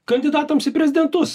kandidatams į prezidentus